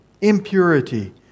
impurity